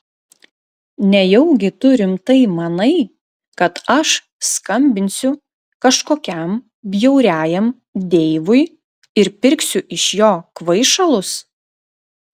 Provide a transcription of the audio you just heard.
nejaugi tu rimtai manai kad aš skambinsiu kažkokiam bjauriajam deivui ir pirksiu iš jo kvaišalus